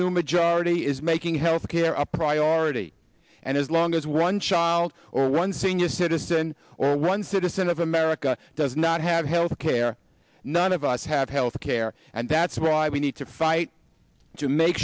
new majority is making health care a priority and as long as one child or one senior citizen or one citizen of america does not have health care none of us have health care and that's why we need to fight to make